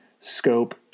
scope